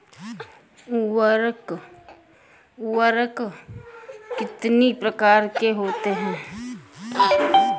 उर्वरक कितनी प्रकार के होते हैं?